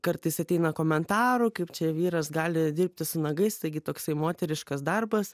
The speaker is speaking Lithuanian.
kartais ateina komentarų kaip čia vyras gali dirbti su nagais taigi toksai moteriškas darbas